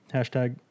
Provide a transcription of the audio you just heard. Hashtag